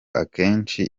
akenshi